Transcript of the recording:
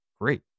great